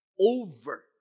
over